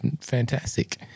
Fantastic